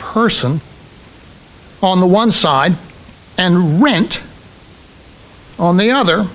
person on the one side and rent on the other